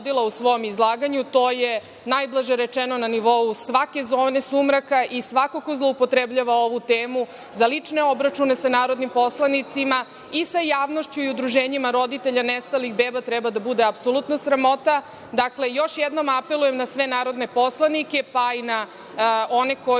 u svom izlaganju. To je najblaže rečeno na nivou svake zone sumraka i svako ko zloupotrebljava ovu temu za lične obračune sa narodnim poslanicima i sa javnošću i udruženjima roditelja nestalih beba treba da bude apsolutno sramota. Dakle, još jednom apelujem na sve narodne poslanike, pa i na one koji